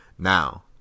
Now